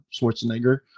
schwarzenegger